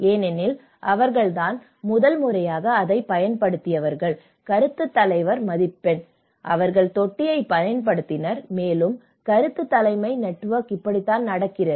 ஏனெனில் அவர்கள் தான் முதல்முறையாக அதைப் பயன்படுத்தியவர்கள் கருத்துத் தலைவர் மதிப்பெண் அவர்கள் தொட்டியைப் பயன்படுத்தினர் மேலும் கருத்துத் தலைமை நெட்வொர்க் இப்படித்தான் நடக்கிறது